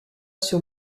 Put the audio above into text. sur